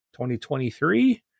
2023